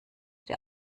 der